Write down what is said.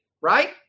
Right